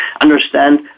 Understand